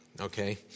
okay